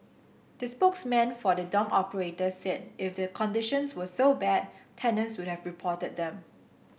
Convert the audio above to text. the spokesman for the dorm operator said if the conditions were so bad tenants would have reported them